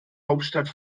hauptstadt